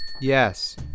Yes